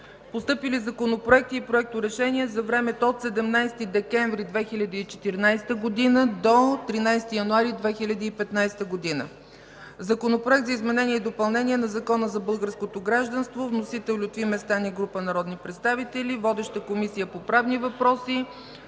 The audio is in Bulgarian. Постъпили законопроекти и проекторешения за времето от 17 декември 2014 г. до 13 януари 2015 г.: Законопроект за изменение и допълнение на Закона за българското гражданство. Вносител – Лютви Местан и група народни представители. Водеща – Комисията по правни въпроси.